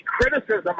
criticism